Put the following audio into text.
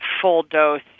full-dose